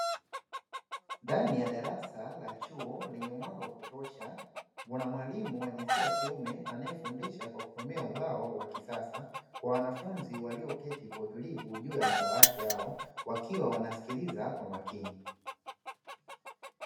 Ndani ya darasa la chuo lenye mwanga wa kutosha kuna mwalimu wa jinsia ya kiume anayefundisha kwa kutumia ubao wa kisasa kwa wanafunzi walioketi kwa utulivu juu ya madawati yao, wakiwa wanasikiliza kwa makini.